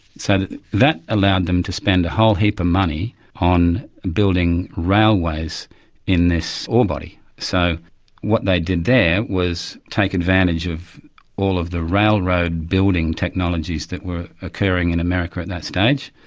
so that that allowed them to spend a whole heap of money on building railways in this ore body. so what they did there was take advantage of all of the railroad building technologies that were occurring in america at that stage,